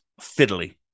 fiddly